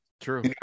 True